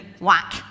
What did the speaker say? Whack